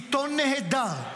עיתון נהדר,